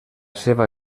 seva